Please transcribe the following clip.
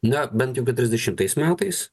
na bent jau keturiasdešimais metais